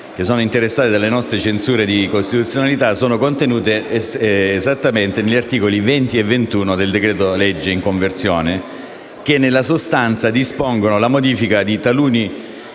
disposizioni interessate dalle nostre censure di costituzionalità sono contenute esattamente negli articoli 20 e 21 del decreto-legge in conversione, che nella sostanza dispongono la modifica di taluni